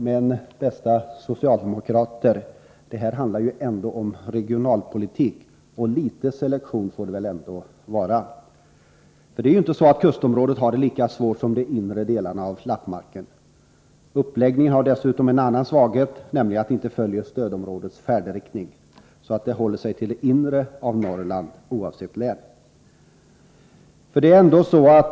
Men, bästa socialdemokrater, det här handlar ändå om regionalpolitik, och litet selektion får det väl ändå vara. Kustområdet har det inte lika svårt som de inre delarna av Lappmarken. Uppläggningen har dessutom en annan svaghet, nämligen att den inte följer stödområdets gränser och håller sig till det inre av Norrland, oavsett län.